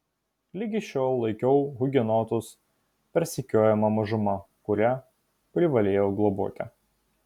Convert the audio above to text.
ligi šiol laikiau hugenotus persekiojama mažuma kurią privalėjau globoti